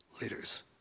leaders